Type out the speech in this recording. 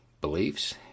beliefs